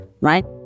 right